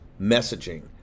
messaging